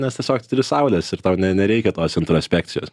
nes tiesiog tu turi saulės ir tau ne nereikia tos introspekcijos